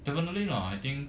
definitely lah I think